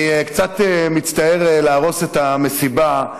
אני קצת מצטער להרוס את המסיבה.